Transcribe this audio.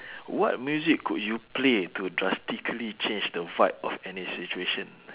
what music could you play to drastically change the vibe of any situation